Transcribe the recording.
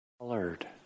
colored